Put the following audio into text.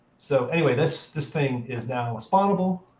so anyway, this this thing is now a spawnable.